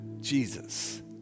Jesus